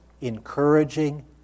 encouraging